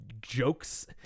jokes